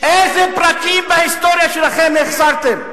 איזה פרקים בהיסטוריה שלכם החסרתם?